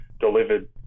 delivered